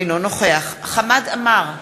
אינו נוכח חמד עמאר,